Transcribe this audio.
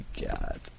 God